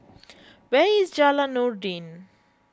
where is Jalan Noordin